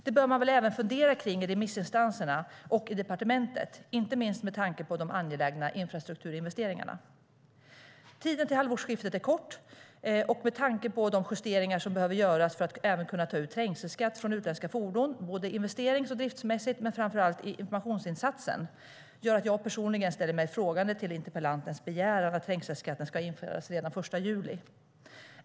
Det bör man väl även fundera kring i remissinstanserna och i departementet, inte minst med tanke på de angelägna infrastrukturinvesteringarna. Tiden till halvårsskiftet är kort med tanke på de justeringar som behöver göras för att även kunna ta ut trängselskatt från utländska fordon, både investerings och driftsmässigt, men framför allt sett till informationsinsatsen. Det gör att jag personligen ställer mig frågande till interpellantens begäran att trängselskatten ska införas redan den 1 juli.